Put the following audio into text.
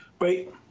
right